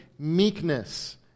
meekness